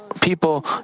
people